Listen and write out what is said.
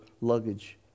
luggage